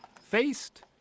faced